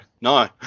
no